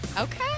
Okay